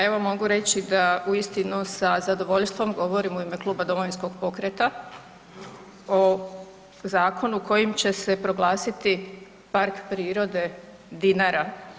Evo, mogu reći da uistinu sa zadovoljstvom govorim u ime Kluba Domovinskog pokreta o zakonu kojim će se proglasiti Park prirode Dinara.